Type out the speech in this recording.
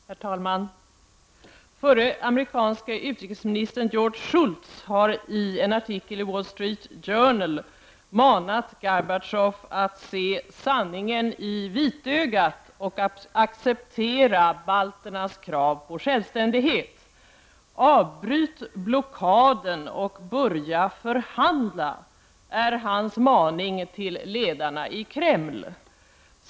Herr talman! Förre amerikanske utrikesministern George Schultz har i en artikel i Wall Street Journal manat Gorbatjov att se sanningen i vitögat och att acceptera balternas krav på självständighet. ”Avbryt blockaden och börja förhandla”, är hans maning till ledarna i Kreml.